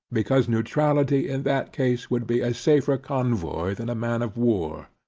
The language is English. because, neutrality in that case, would be a safer convoy than a man of war.